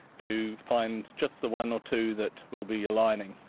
to find just the one or two that will be aligning.